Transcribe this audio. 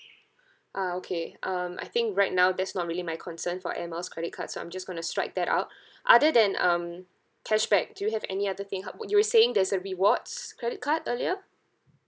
ah okay um I think right now that's not really my concern for air miles credit cards so I'm just going to strike that out other than um cashback do you have any other thing how wou~ you were saying there's a rewards credit card earlier